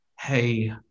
hey